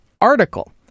article